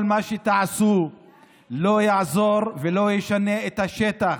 וכל מה שתעשו לא יעזור ולא ישנה את השטח.